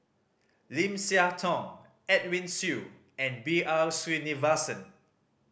Lim Siah Tong Edwin Siew and B R Sreenivasan